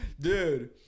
Dude